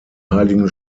heiligen